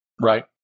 Right